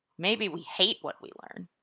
maybe we hate what we learn.